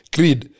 Creed